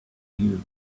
you